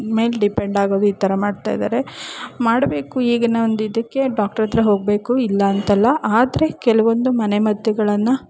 ಮೇಲೆ ಡಿಪೆಂಡ್ ಆಗೋದು ಈ ಥರ ಮಾಡ್ತಾ ಇದ್ದಾರೆ ಮಾಡಬೇಕು ಈಗಿನ ಒಂದು ಇದಕ್ಕೆ ಡಾಕ್ಟ್ರ್ ಹತ್ರ ಹೋಗಬೇಕು ಇಲ್ಲ ಅಂತ ಅಲ್ಲ ಆದರೆ ಕೆಲವೊಂದು ಮನೆ ಮದ್ದುಗಳನ್ನು